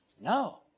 No